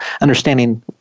understanding